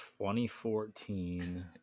2014